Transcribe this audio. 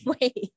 Wait